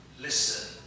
Listen